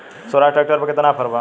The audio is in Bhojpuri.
सोहराज ट्रैक्टर पर केतना ऑफर बा?